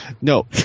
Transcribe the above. No